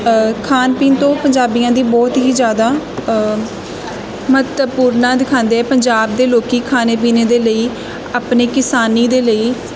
ਖਾਣ ਪੀਣ ਤੋਂ ਪੰਜਾਬੀਆਂ ਦੀ ਬਹੁਤ ਹੀ ਜ਼ਿਆਦਾ ਮਹੱਤਵਪੂਰਨ ਦਿਖਾਉਂਦੇ ਹੈ ਪੰਜਾਬ ਦੇ ਲੋਕ ਖਾਣੇ ਪੀਣੇ ਦੇ ਲਈ ਆਪਣੀ ਕਿਸਾਨੀ ਦੇ ਲਈ